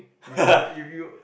if you if you